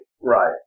right